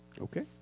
Okay